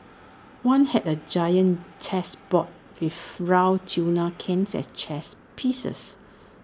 one had A giant chess board with round tuna cans as chess pieces